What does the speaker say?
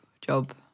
job